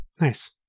Nice